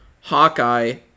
Hawkeye